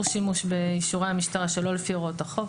שימוש באישורי המשטרה שלא לפי הוראות החוק.